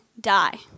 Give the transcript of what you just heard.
die